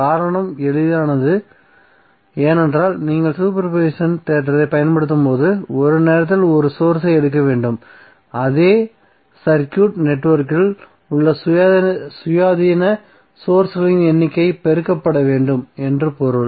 காரணம் எளிதானது ஏனென்றால் நீங்கள் சூப்பர் போசிஷன் தேற்றத்தைப் பயன்படுத்தும்போது ஒரு நேரத்தில் ஒரு சோர்ஸ் ஐ எடுக்க வேண்டும் அதே சர்க்யூட் நெட்வொர்க்கில் உள்ள சுயாதீன சோர்ஸ்களின் எண்ணிக்கையால் பெருக்கப்பட வேண்டும் என்று பொருள்